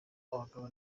abagabo